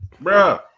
Bro